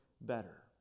better